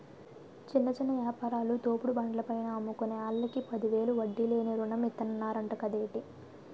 చిన్న చిన్న యాపారాలు, తోపుడు బండ్ల పైన అమ్ముకునే ఆల్లకి పదివేలు వడ్డీ లేని రుణం ఇతన్నరంట కదేటి